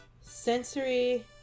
Sensory